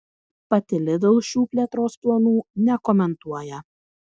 pati lidl šių plėtros planų nekomentuoja